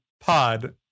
Pod